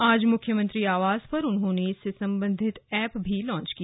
आज मुख्यमंत्री आवास पर उन्होंने इससे संबंधित एप भी लॉन्च किया